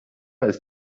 ist